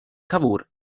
cavour